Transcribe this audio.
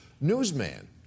newsman